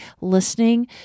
listening